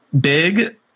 big